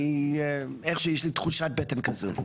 איכשהו יש לי תחושת בטן כזאת.